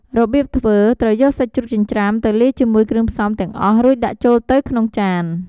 របៀបធ្វើ ត្រូវយកសាច់ជ្រូកចិញ្ច្រាំទៅលាយជាមួយគ្រឿងផ្សំទាំងអស់ រួចដាក់ចូលទៅក្នុងចាន។